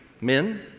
Men